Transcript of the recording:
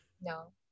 No